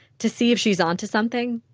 to see if she's onto something,